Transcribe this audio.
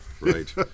Right